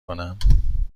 کنم